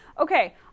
Okay